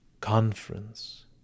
conference